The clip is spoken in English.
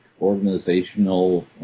organizational